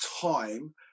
time